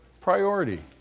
priority